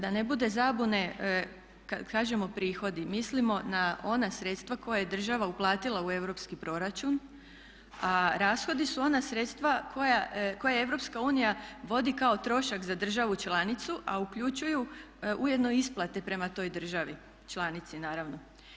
Da ne bude zabune kada kažemo prihodi, mislimo na ona sredstva koja je država uplatila u europski proračun a rashodi su ona sredstva koje Europska unija vodi kao trošak za državu članicu a uključuju ujedno isplate prema toj državi članici naravno.